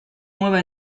nueva